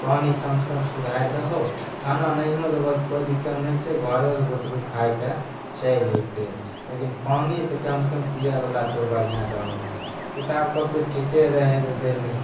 तऽ पानी कमसे कम सुधारि दहो खाना नहिओ देबहो तऽ कोइ दिक्कत नहि छै घरोसे बुतरू खाके चलि अएतै लेकिन पानी तऽ कमसे कम पिएवला तोँ बढ़िआँ दहो किताब कॉपी ठीके रहै रऽ देने